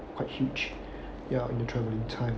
quite huge ya in the travelling time